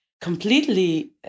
completely